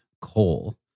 coal